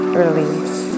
release